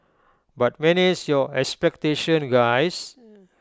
but manage your expectations guys